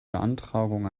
beantragung